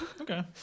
Okay